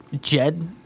Jed